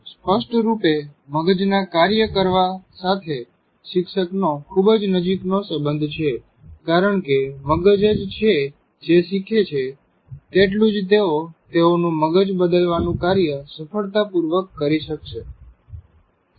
સ્પષ્ટરૂપે મગજના કાર્ય કરવા સાથે શિક્ષકનો ખૂબ જ નજીક નો સંબંધ છે કારણ કે મગજ જ છે જે શીખે છે તેટલું જ તેઓ તેઓનું મગજ બદલવાનું કાર્ય સફળતપૂર્વક કરી શકશે